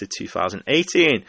2018